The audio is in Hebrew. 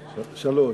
שלוש.